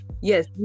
Yes